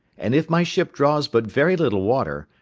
and, if my ship draws but very little water,